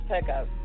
pickup